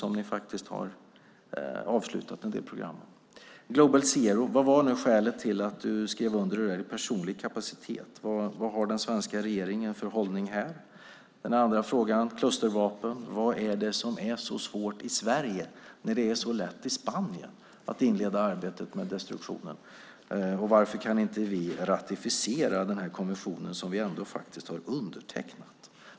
Vad var skälet till att du skrev under Global Zero? Var det i din personliga kapacitet? Vad har den svenska regeringen för hållning här? Sedan var det frågan om klustervapen. Vad är det som är så svårt i Sverige, när det är så lätt i Spanien, att inleda arbetet med destruktionen? Varför kan inte vi ratificera konventionen, som vi ändå har undertecknat?